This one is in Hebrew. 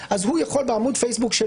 אבל אז זה גם נכנס לעניין של תשלום.